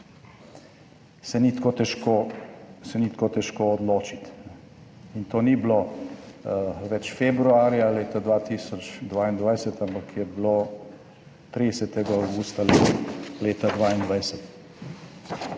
se ni tako težko odločiti. In to ni bilo več februarja leta 2022, ampak je bilo 30. avgusta ali leta 2022.